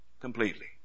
completely